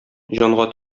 җанга